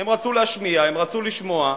הם רצו להשמיע, הם רצו לשמוע,